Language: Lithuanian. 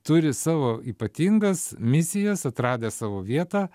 turi savo ypatingas misijas atradę savo vietą